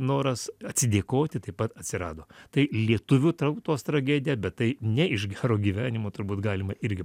noras atsidėkoti taip pat atsirado tai lietuvių tautos tragedija bet tai ne iš gero gyvenimo turbūt galima irgi